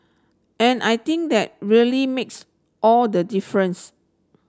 and I think that really makes all the difference